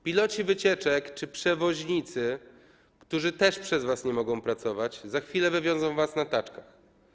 Piloci wycieczek czy przewoźnicy, którzy też przez was nie mogą pracować, za chwilę wywiozą was na taczkach.